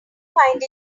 find